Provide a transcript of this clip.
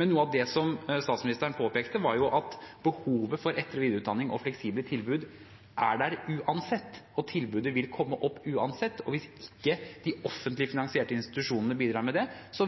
Men noe av det statsministeren påpekte, var jo at behovet for etter- og videreutdanning og fleksible tilbud er der uansett, og tilbudet vil komme opp uansett, og hvis ikke de offentlig finansierte institusjonene bidrar med det,